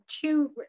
two